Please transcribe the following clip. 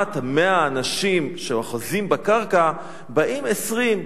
לעומת 100 האנשים שאוחזים בקרקע באים 20,